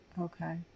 Okay